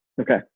Okay